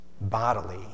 bodily